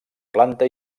planta